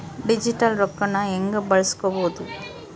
Digital ರೊಕ್ಕನ ಹ್ಯೆಂಗ ಬಳಸ್ಕೊಬೊದು?